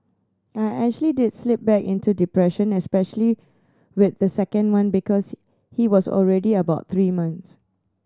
I actually did slip back into depression especially with the second one because he was already about three months